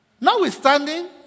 Notwithstanding